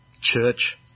church